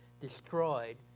destroyed